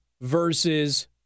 versus